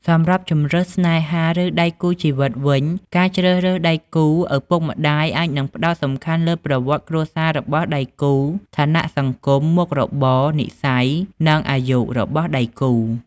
សម្រាប់ជម្រើសស្នេហាឬដៃគូជីវិតវិញ ការជ្រើសរើសដៃគូ ឪពុកម្ដាយអាចនឹងផ្តោតសំខាន់លើប្រវត្តិគ្រួសាររបស់ដៃគូ ឋានៈសង្គម មុខរបរ និស្ស័យ និងអាយុ របស់ដៃគូ។